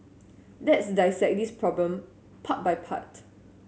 let's dissect this problem part by part